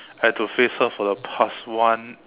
I have to face her for the past one